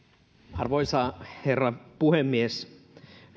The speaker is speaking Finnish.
arvoisa herra puhemies